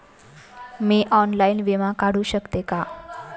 मी online विमा काढू शकते का?